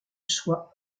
sois